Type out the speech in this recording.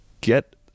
get